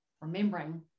remembering